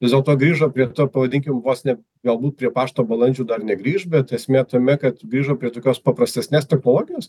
vis dėlto grįžo prie to pavadinkim vos ne galbūt prie pašto balandžių dar negrįš bet esmė tame kad grįžo prie tokios paprastesnės technologijos